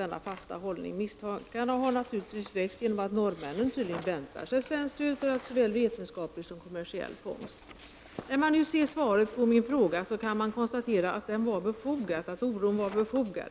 valfångst. Misstankarna har na turligtvis väckts genom att norrmännen tydligen väntar sig svenskt stöd för såväl vetenskaplig som kommersiell fångst. När man nu hör svaret på min fråga kan man konstatera att oron var befogad.